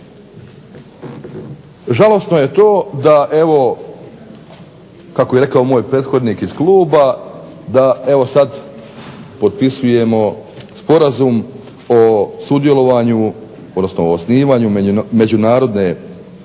Žalosno je to da evo kako je rekao moj prethodnik iz kluba da sada potpisujemo sporazum o osnivanju Međunarodne